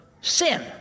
sin